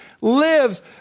lives